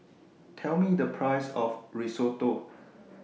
Tell Me The Price of Risotto